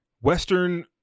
Western